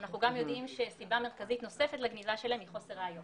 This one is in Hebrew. אנחנו גם יודעים שסיבה נוספת לגניזה שלהם היא חוסר ראיות